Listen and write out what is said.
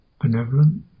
benevolent